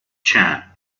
chan